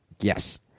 Yes